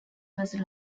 was